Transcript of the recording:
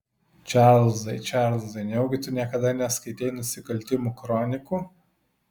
čarlzai čarlzai nejaugi tu niekada neskaitei nusikaltimų kronikų